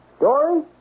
Dory